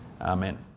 Amen